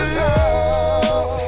love